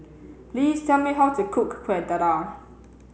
please tell me how to cook Kueh Dadar